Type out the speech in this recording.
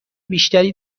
بیشتری